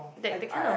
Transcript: that that kind of